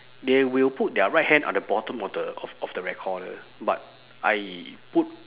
they will put their right hand on the bottom of the of of the recorder but I put